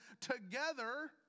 together